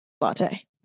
latte